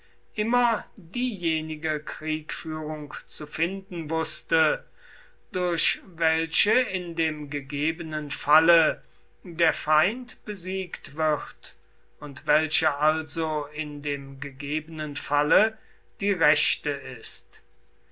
immer diejenige kriegführung zu finden wußte durch welche in dem gegebenen falle der feind besiegt wird und welche also in dem gegebenen falle die rechte ist